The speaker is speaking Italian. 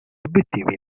obiettivi